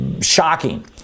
shocking